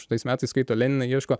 šitais metais skaito leniną ieško